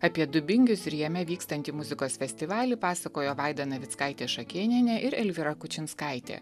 apie dubingius ir jame vykstantį muzikos festivalį pasakojo vaida navickaitė šakėnienė ir elvyra kučinskaitė